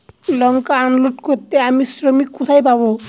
লঙ্কা unload করতে আমি শ্রমিক কোথায় পাবো?